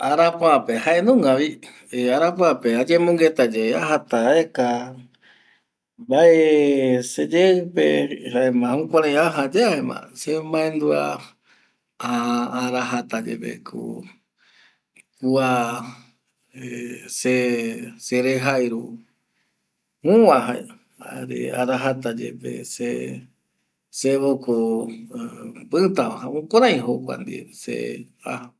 Arapua pe jaenunga vi arapua pe eyemongueta ye ajata aeka mbae seyeipe jaema se mandua arajata ko seyeipe kua terejairu jüva jae jare arajata kua se voko pïta va.